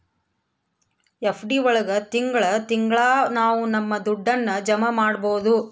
FD ಒಳಗ ತಿಂಗಳ ತಿಂಗಳಾ ನಾವು ನಮ್ ದುಡ್ಡನ್ನ ಜಮ ಮಾಡ್ಬೋದು